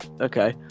Okay